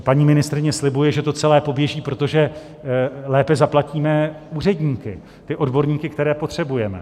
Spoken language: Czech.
Paní ministryně slibuje, že to celé poběží, protože lépe zaplatíme úředníky, ty odborníky, které potřebujeme.